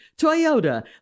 Toyota